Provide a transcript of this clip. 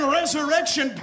resurrection